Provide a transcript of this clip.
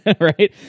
right